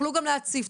תוכלו להציף,